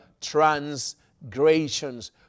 transgressions